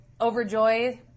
overjoyed